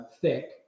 Thick